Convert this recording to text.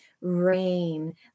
rain